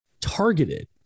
targeted